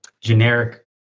generic